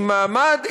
עם מעמד,